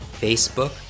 Facebook